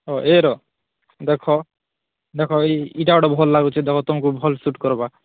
ହଁ ଏର ଦେଖ ଦେଖ ଇ ଇଟା ଗୁଟେ ଭଲ ଲାଗୁଛି ଦେଖ ତୁମକୁ ଭଲ ସୁଟ୍ କରବା